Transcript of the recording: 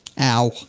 Ow